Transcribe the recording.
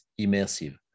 immersive